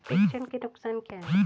प्रेषण के नुकसान क्या हैं?